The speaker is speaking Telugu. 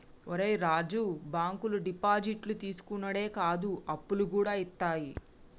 ఒరే రాజూ, బాంకులు డిపాజిట్లు తీసుకునుడే కాదు, అప్పులుగూడ ఇత్తయి